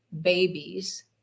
babies